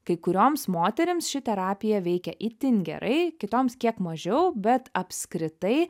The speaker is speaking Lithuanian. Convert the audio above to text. kai kurioms moterims ši terapija veikia itin gerai kitoms kiek mažiau bet apskritai